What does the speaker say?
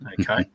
Okay